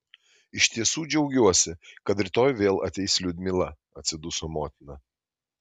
iš tiesų džiaugiuosi kad rytoj vėl ateis liudmila atsiduso motina